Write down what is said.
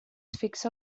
fixa